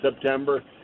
september